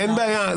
אין בעיה.